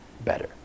better